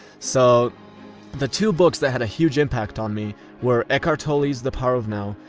so the two books that had a huge impact on me were eckhart tolle's the power of now,